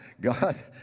God